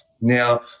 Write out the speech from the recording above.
Now